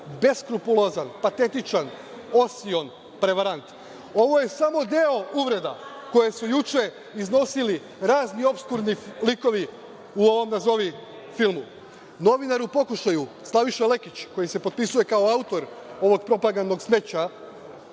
beskrupulozan, patetičan, osion, prevarant. Ovo je samo deo uvreda koje su juče iznosili razni opskurni likovi u ovom nazovi filmu. Novinar u pokušaju Slaviša Lekić, koji se potpisuje kao autor ovog propagandnog smeća,